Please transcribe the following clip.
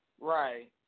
Right